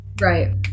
right